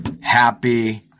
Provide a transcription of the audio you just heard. happy